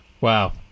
Wow